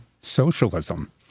socialism